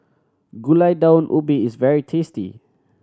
Gulai Daun Ubi is very tasty